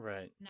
Right